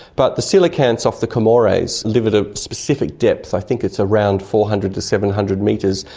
but the coelacanths off the comoros live at a specific depth, i think it's around four hundred to seven hundred metres,